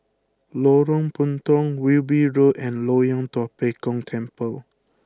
Lorong Puntong Wilby Road and Loyang Tua Pek Kong Temple